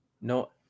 No